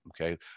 Okay